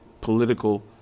political